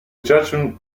judgment